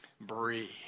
breathe